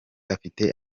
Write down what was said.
afite